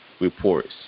reports